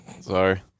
Sorry